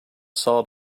salt